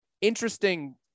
interesting